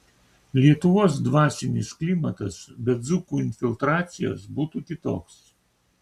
lietuvos dvasinis klimatas be dzūkų infiltracijos būtų kitoks